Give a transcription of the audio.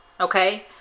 Okay